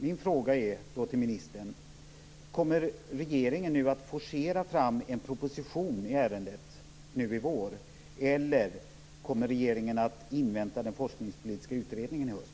Min fråga till ministern är: Kommer regeringen att forcera fram en proposition i ärendet nu i vår, eller kommer regeringen att invänta den forskningspolitiska utredningen i höst?